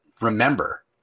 remember